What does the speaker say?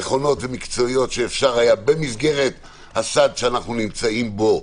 ונכונות שאפשר היה במסגרת הסד שאנחנו נמצאים בו,